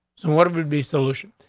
what? it would be solution.